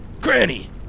Granny